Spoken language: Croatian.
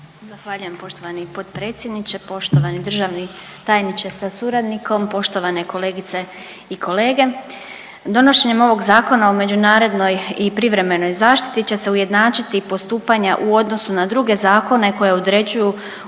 Zahvaljujem poštovani potpredsjedniče, poštovani državni tajniče sa suradnikom, poštovane kolegice i kolege. Donošenjem ovog Zakona o međunarodnoj i privremenoj zaštiti će se ujednačiti postupanja u odnosu na druge zakone koja određuju uređivanja